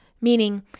meaning